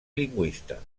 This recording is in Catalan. lingüista